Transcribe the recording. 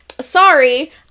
sorry